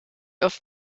auf